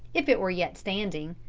if it were yet standing.